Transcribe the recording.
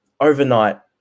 overnight